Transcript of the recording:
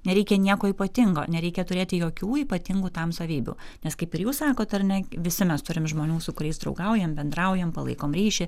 nereikia nieko ypatingo nereikia turėti jokių ypatingų tam savybių nes kaip ir jūs sakot ar ne visi mes turime žmonių su kuriais draugaujam bendraujam palaikom ryšį